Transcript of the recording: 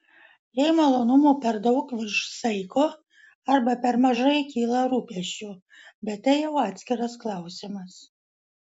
jei malonumų per daug virš saiko arba per mažai kyla rūpesčių bet tai jau atskiras klausimas